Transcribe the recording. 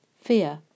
fear